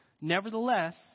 Nevertheless